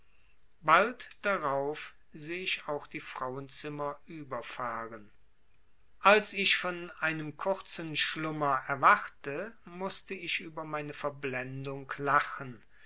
bald darauf seh ich auch die frauenzimmer überfahren als ich von einem kurzen schlummer erwachte mußte ich über meine verblendung lachen